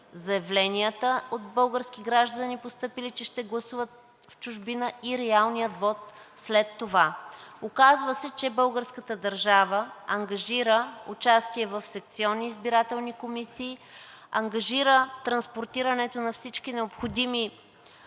заявленията постъпили от български граждани, че ще гласуват в чужбина и реалният вот след това. Оказва се, че българската държава ангажира участие в секционни избирателни комисии, ангажира транспортирането на всички необходими